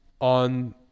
on